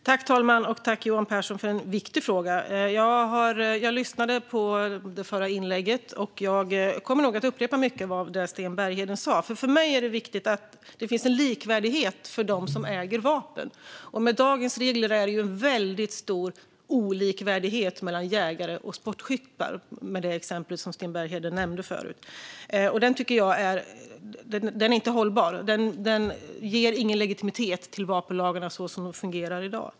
Fru talman! Tack, Johan Pehrson, för viktiga frågor! Jag lyssnade till det förra replikskiftet, och jag kommer nog att upprepa mycket av det Sten Bergheden sa. För mig är det viktigt att det finns en likvärdighet för dem som äger vapen. Med dagens regler är det väldigt stor brist på likvärdighet mellan jägare och sportskyttar. Sten Bergheden tog ju upp det som exempel förut. Jag tycker inte att detta är hållbart och ger ingen legitimitet till vapenlagarna så som de fungerar i dag.